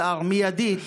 השר, מיידית